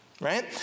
right